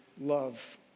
love